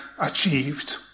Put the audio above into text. achieved